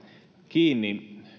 kiinni